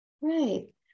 Right